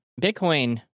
Bitcoin